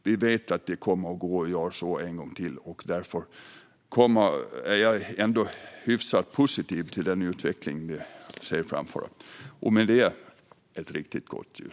Vi vet att det kommer att gå att göra så en gång till, och därför är jag ändå hyfsat positiv till den utveckling som vi ser framför oss. Med det önskar jag en riktigt god jul!